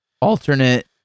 Alternate